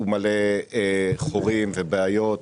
מלא בחורים ובבעיות.